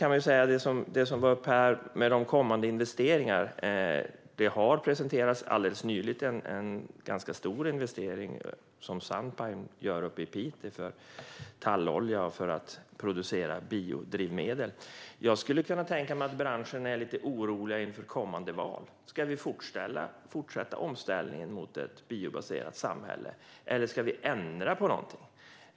När det gäller kommande investeringar har det alldeles nyligen presenterats en ganska stor investering som Sunpine gör i Piteå för att framställa biodrivmedel av tallolja. Jag kan tänka mig att branschen är lite orolig inför kommande val. Ska man fortsätta omställningen mot ett biobaserat samhälle eller ska man ändra på någonting?